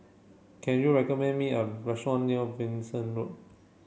can you recommend me a restaurant near Venus Road